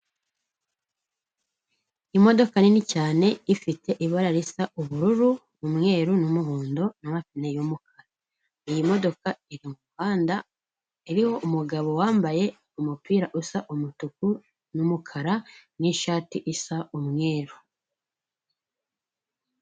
Imodoka nini cyane ifite ibara risa ubururu, umweru n'umuhondo n'amapine y'umukara. Iyi modoka iri mu muhanda, iriho umugabo wambaye umupira usa umutuku n'umukara n'ishati isa umweru.